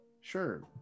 Sure